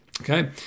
Okay